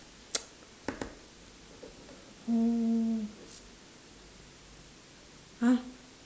mm !huh!